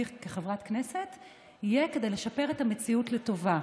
כחברת כנסת יהיה כדי לשפר את המציאות לטובה.